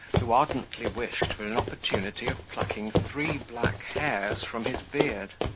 who ardently wished for an opportunity of plucking three black hairs from his beard.